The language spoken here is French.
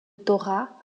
torah